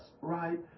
right